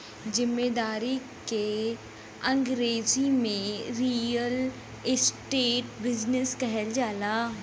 जमींदारी के अंगरेजी में रीअल इस्टेट बिजनेस कहल जाला